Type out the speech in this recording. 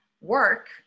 work